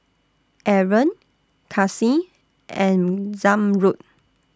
Aaron Kasih and Zamrud